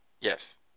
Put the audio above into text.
Yes